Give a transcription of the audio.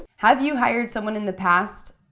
have you hired someone in the past?